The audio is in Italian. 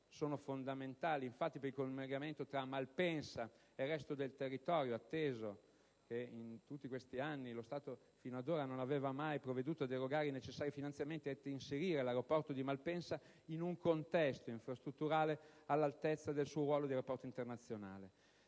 sono fondamentali, infatti, per il collegamento tra Malpensa e il resto del territorio, atteso che, in tutti questi anni, lo Stato fino ad ora non aveva mai provveduto ad erogare i necessari finanziamenti atti a inserire l'aeroporto di Malpensa in un contesto infrastrutturale all'altezza del suo ruolo di aeroporto intercontinentale.